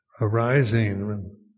arising